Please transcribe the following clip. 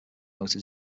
motor